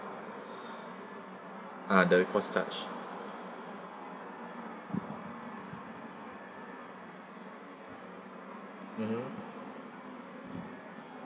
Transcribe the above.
ah the cost charge mmhmm